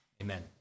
amen